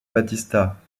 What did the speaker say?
battista